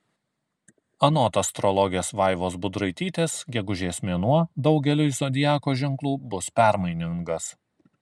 anot astrologės vaivos budraitytės gegužės mėnuo daugeliui zodiako ženklų bus permainingas